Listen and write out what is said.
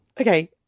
Okay